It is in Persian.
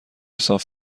صاف